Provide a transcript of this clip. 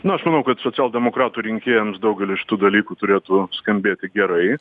nu aš manau kad socialdemokratų rinkėjams daugelis iš tų dalykų turėtų skambėti gerai